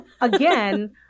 again